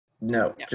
No